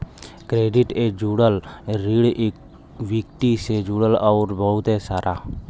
credit ए जुड़ल, ऋण इक्वीटी से जुड़ल अउर बहुते सारा